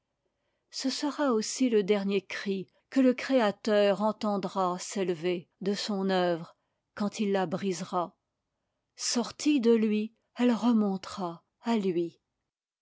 ce sera aussi le dernier cri que le créateur entendra s'élever de son œuvre quand il la brisera sortie de lui elle remontera à lui